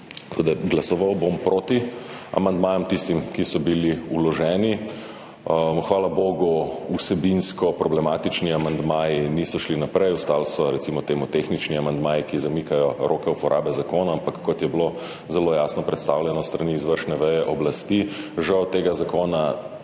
Glasoval bom proti tistim amandmajem, ki so bili vloženi. Hvala bogu vsebinsko problematični amandmaji niso šli naprej, ostali so recimo temu tehnični amandmaji, ki zamikajo roke uporabe zakona, ampak kot je bilo zelo jasno predstavljeno s strani izvršne veje oblasti, se žal tega zakona